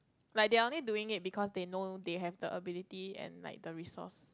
like they're only doing it because they know they have the ability and like the resource